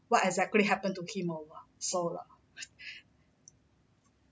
what exactly happened to him or what so lah